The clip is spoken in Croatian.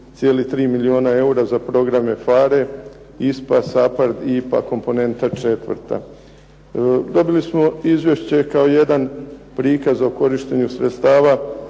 milijuna eura za programe PHARE, ISPA, SAPARD i IPA komponenta 4. Dobili smo izvješće kao jedan prikaz o korištenju sredstava